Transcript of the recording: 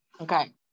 Okay